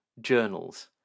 Journals